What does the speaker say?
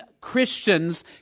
Christians